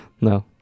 no